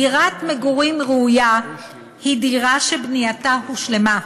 דירת מגורים ראויה היא דירה שבנייתה הושלמה,